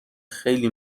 خیلی